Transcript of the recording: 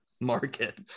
market